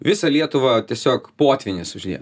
visą lietuvą tiesiog potvynis užliejo